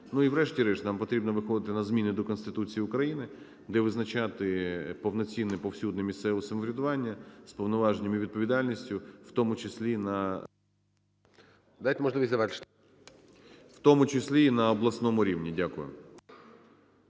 І врешті-решт нам потрібно виходити на зміни до Конституції України, де визначати повноцінне і повсюдне місцеве самоврядування з повноваженнями і відповідальністю, в тому числі на… ГОЛОВУЮЧИЙ. Дайте